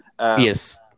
Yes